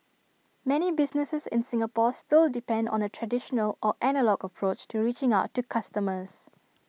many businesses in Singapore still depend on A traditional or analogue approach to reaching out to customers